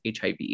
HIV